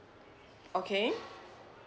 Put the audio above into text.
okay